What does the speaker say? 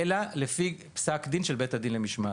אלא לפי פסק דין של בית הדין למשמעת.